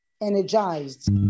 energized